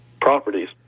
properties